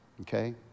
Okay